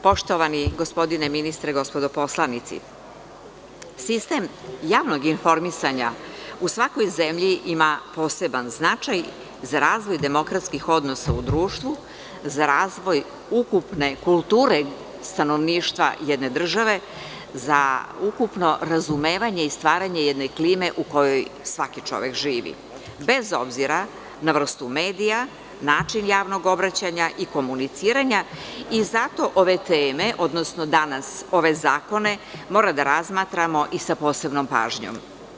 Poštovani gospodine ministre, gospodo poslanici, sistem javnog informisanja u svakoj zemlji ima poseban značaj za razvoj demokratskih odnosa u društvu, za razvoj ukupne kulture stanovništva jedne države, za ukupno razumevanje i stvaranje jedne klime u kojoj svaki čovek živi, bez obzira na vrstu medija, način javnog obraćanja i komuniciranja i zato ove teme, odnosno danas ove zakone mora da razmatramo i sa posebnom pažnjom.